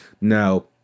Now